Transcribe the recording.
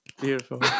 Beautiful